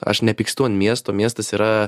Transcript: aš nepykstu ant miesto miestas yra